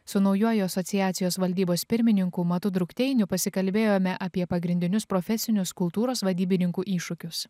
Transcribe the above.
su naujuoju asociacijos valdybos pirmininku matu drukteiniu pasikalbėjome apie pagrindinius profesinius kultūros vadybininkų iššūkius